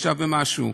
6% ומשהו,